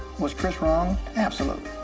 was chris wrong? absolutely.